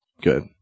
Good